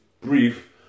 brief